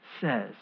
says